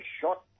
shot